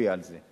נצביע על זה.